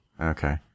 Okay